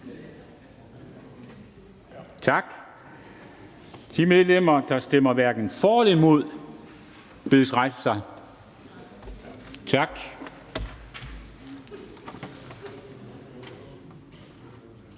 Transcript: Tak. De medlemmer, der stemmer hverken for eller imod, bedes rejse sig. Tak.